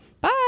Bye